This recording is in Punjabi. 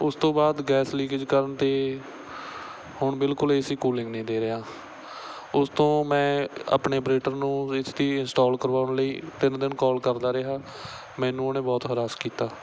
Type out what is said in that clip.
ਉਸ ਤੋਂ ਬਾਅਦ ਗੈਸ ਲੀਕੇਜ ਕਰਨ 'ਤੇ ਹੁਣ ਬਿਲਕੁਲ ਏ ਸੀ ਕੂਲਿੰਗ ਨਹੀਂ ਦੇ ਰਿਹਾ ਉਸ ਤੋਂ ਮੈਂ ਆਪਣੇ ਆਪਰੇਟਰ ਨੂੰ ਇਸ ਦੀ ਇੰਸਟਾਲ ਕਰਵਾਉਣ ਲਈ ਤਿੰਨ ਦਿਨ ਕਾਲ ਕਰਦਾ ਰਿਹਾ ਮੈਨੂੰ ਉਹਨੇ ਬਹੁਤ ਹਰਾਸ ਕੀਤਾ